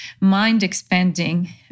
mind-expanding